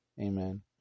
Amen